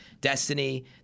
Destiny